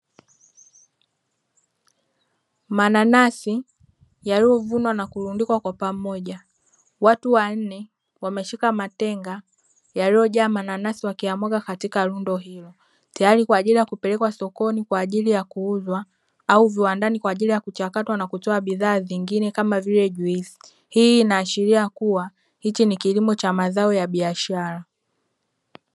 Mananasi yaliyovunwa na kurundikwa kwa pamoja, watu wanne wameshika matenga yaliyojaa mananasi wakiyamwaga katika rundo hilo tayari kwa kupelekwa sokoni kwa ajili ya kuuzwa au viwandani kwa ajili ya kuchakatwa na kutoa bidhaa zingine kama vile juisi, hii inaashiria kuwa hichi ni kilimo cha mazao ya biashara.